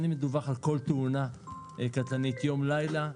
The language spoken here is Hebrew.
אני מדווח על כל תאונה קטלנית יום ולילה,